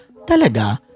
Talaga